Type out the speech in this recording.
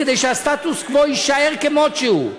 כדי שהסטטוס-קוו יישאר כמות שהוא,